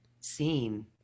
seen